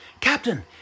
Captain